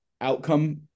outcome